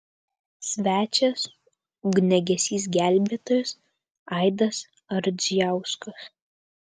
svečias ugniagesys gelbėtojas aidas ardzijauskas